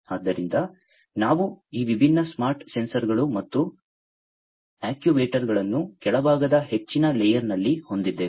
ಆದ್ದರಿಂದ ನಾವು ಈ ವಿಭಿನ್ನ ಸ್ಮಾರ್ಟ್ ಸೆನ್ಸರ್ಗಳು ಮತ್ತು ಆಕ್ಯೂವೇಟರ್ಗಳನ್ನು ಕೆಳಭಾಗದ ಹೆಚ್ಚಿನ ಲೇಯರ್ನಲ್ಲಿ ಹೊಂದಿದ್ದೇವೆ